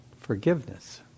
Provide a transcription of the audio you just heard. forgiveness